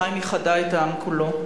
ירושלים איחדה את העם כולו.